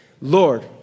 Lord